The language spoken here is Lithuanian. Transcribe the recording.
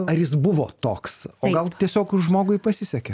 ar jis buvo toks o gal tiesiog žmogui pasisekė